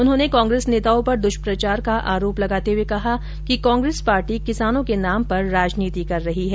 उन्होंने कांग्रेस नेताओं पर दुष्प्रचार का आरोप लगाते हुए कहा कि कांग्रेस पार्टी किसानों के नाम पर राजनीति कर रहे है